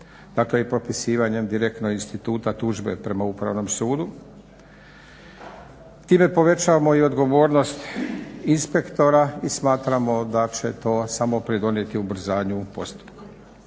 Dakle, i propisivanjem direktno instituta tužbe prema Upravnom sudu. Time povećavamo i odgovornost inspektora i smatramo da će to samo pridonijeti ubrzanju postupka.